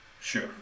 Sure